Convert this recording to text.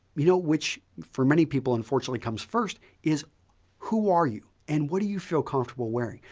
you know which for many people unfortunately comes first, is who are you and what do you feel comfortable wearing.